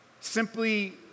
simply